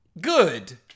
Good